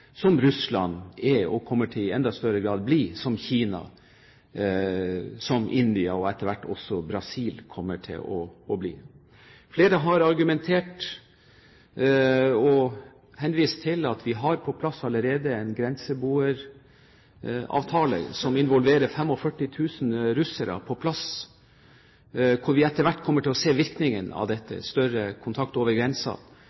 som Russland er og kommer i enda større grad til å bli, og som Kina, India og etter hvert også Brasil kommer til å bli. Flere har argumentert med og henvist til at vi allerede har på plass en grenseboeravtale som involverer 45 000 russere, og at vi etter hvert kommer til å se virkningen av